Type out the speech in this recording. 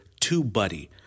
TubeBuddy